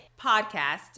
podcast